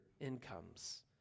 incomes